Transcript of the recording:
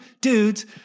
dudes